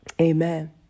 Amen